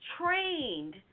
trained